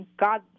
god